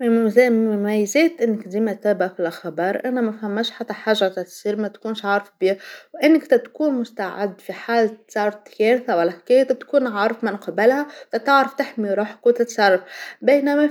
من مميز- مميزات أنك ديما تتابع في الأخبار أن ما ثماش حتى حاجه متاع ما تكونش عارف بيها، وأنك تتكون مستعد في حالة صارت كارثه ولا حكايه تتكون عارف من قبل، تعرف تحمي روحك وتتصرف، بينما